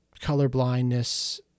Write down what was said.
colorblindness